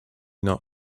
not